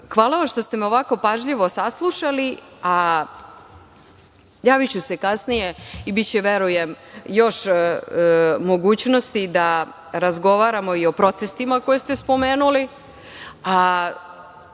vam što ste me ovako pažljivo saslušali. Javiću se kasnije i biće, verujem, još mogućnosti da razgovaramo i o protestima koje ste spomenuli.